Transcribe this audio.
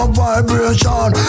vibration